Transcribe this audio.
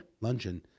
luncheon